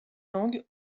langues